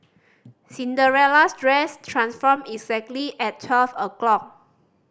Cinderella's dress transformed exactly at twelve o' clock